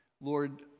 Lord